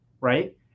right